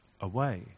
away